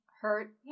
hurt